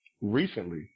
recently